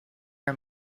her